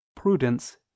prudence